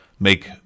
Make